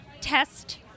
test